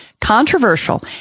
controversial